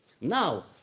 Now